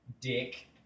Dick